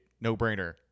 no-brainer